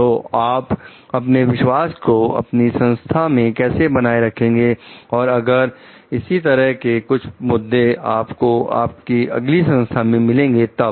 तो आप अपने विश्वास को अपनी संस्था में कैसे बनाए रखेंगे और अगर इसी तरह के कुछ मुद्दे आपको आपकी अगली संस्था में मिलेंगे तब